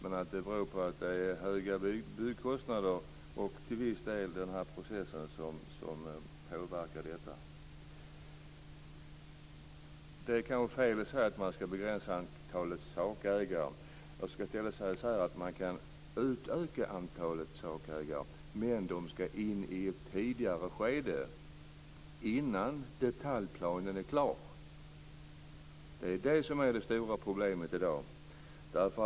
En anledning är dock höga byggkostnader, som till viss del påverkas av den här processen. Det är kanske fel att säga att man skall begränsa antalet sakägare. Låt mig i stället säga att man kan ha ett utökat antal sakägare men att de skall in i ett tidigare skede, innan detaljplanen är klar. Det är här det stora problemet i dag ligger.